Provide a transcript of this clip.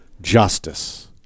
justice